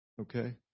okay